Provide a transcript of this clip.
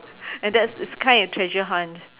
and that's it's kind of treasure hunt